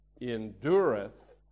endureth